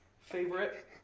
favorite